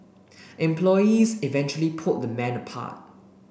employees eventually pulled the men apart